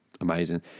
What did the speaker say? amazing